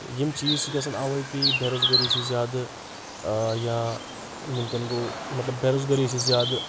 تہٕ یِم چیٖز چھِ گژھان اَوے کی بَےٚ روزگٲری چھِ زیادٕ یا وٕنکؠن گوٚو مطلب بےٚ روزگٲری چھِ زیادٕ